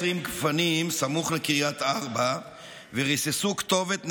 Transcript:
גפנים סמוך לקריית ארבע וריססו כתובת נקמה.